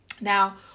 Now